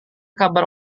kabar